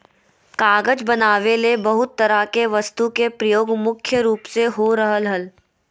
कागज बनावे ले बहुत तरह के वस्तु के प्रयोग मुख्य रूप से हो रहल हल